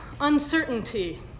uncertainty